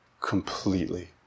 completely